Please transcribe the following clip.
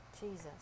Jesus